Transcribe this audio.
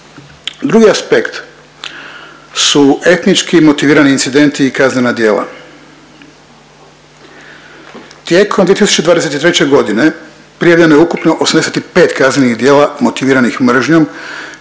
Drugi aspekt su etnički motivirani incidenti i kaznena djela. Tijekom 2023.g. prijavljeno je ukupno 85 kaznenih djela motiviranih mržnjom,